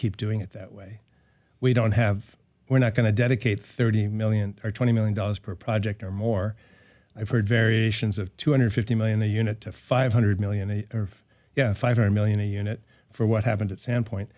keep doing it that way we don't have we're not going to dedicate thirty million or twenty million dollars per project or more i've heard variations of two hundred fifty million a unit to five hundred million or five hundred million a unit for what happened at san point